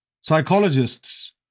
psychologists